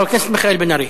חבר הכנסת מיכאל בן-ארי.